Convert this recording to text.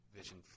vision